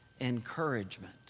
encouragement